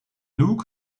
luke